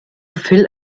fill